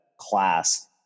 class